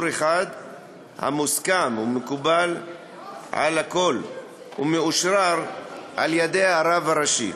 אחד המוסכם ומקובל על הכול ומאושרר על-ידי הרב הראשי.